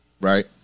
right